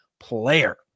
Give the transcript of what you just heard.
player